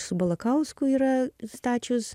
su balakausku yra nustačius